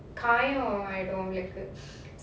காயமாயிடும்:kaayamaayidum